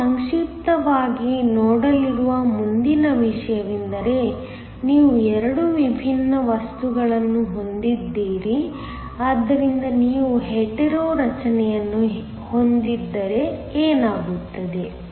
ನಾವು ಸಂಕ್ಷಿಪ್ತವಾಗಿ ನೋಡಲಿರುವ ಮುಂದಿನ ವಿಷಯವೆಂದರೆ ನೀವು 2 ವಿಭಿನ್ನ ವಸ್ತುಗಳನ್ನು ಹೊಂದಿದ್ದೀರಿ ಆದ್ದರಿಂದ ನೀವು ಹೆಟೆರೊ ರಚನೆಯನ್ನು ಹೊಂದಿದ್ದರೆ ಏನಾಗುತ್ತದೆ